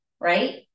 right